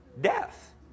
death